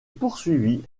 poursuivie